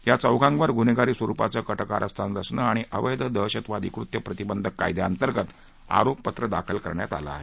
या चौघांवर गुन्हेगारी स्वरुपाचं कटकारस्थान रचणं आणि अवधीदहशतवादी कृत्य प्रतिबंध कायद्याअंतर्गत आरोपपत्र दाखल करण्यात आलं आहे